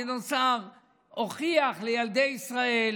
גדעון סער הוכיח לילדי ישראל,